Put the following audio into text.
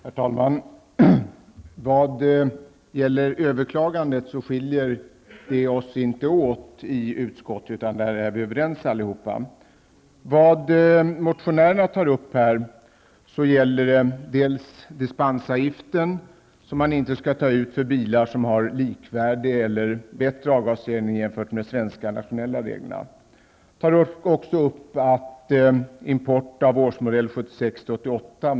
Herr talman! När det gäller överklagandet skiljer sig de olika partierna inte åt i utskottet, utan vi är alla överens. I två motioner anförs att dispensavgiften på bilar som har likvärdiga eller bättre avgasrening jämfört med de svenska nationella reglerna inte skall tas ut. års modeller skall underlättas.